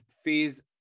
phase